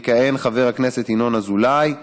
יכהן חבר הכנסת ינון אזולאי.